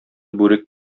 бүрек